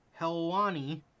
Helwani